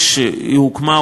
כשהיא הוקמה,